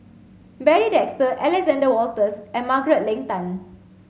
Barry Desker Alexander Wolters and Margaret Leng Tan